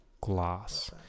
Glass